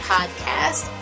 Podcast